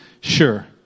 sure